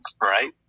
Right